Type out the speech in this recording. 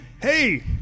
Hey